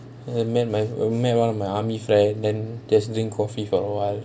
I met my met one of my army friend then drink coffee for awhile